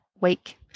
week